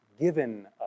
given